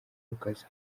lucas